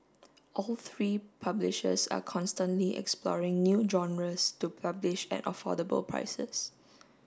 all three publishers are constantly exploring new genres to publish at affordable prices